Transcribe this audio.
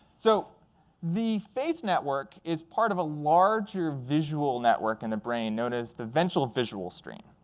so the face network is part of a larger visual network in the brain known as the ventral visual stream.